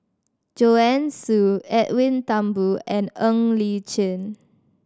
Joanne Soo Edwin Thumboo and Ng Li Chin